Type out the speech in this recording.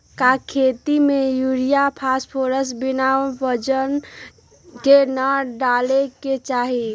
का खेती में यूरिया फास्फोरस बिना वजन के न डाले के चाहि?